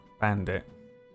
bandit